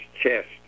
chest